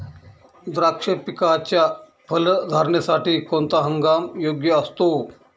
द्राक्ष पिकाच्या फलधारणेसाठी कोणता हंगाम योग्य असतो?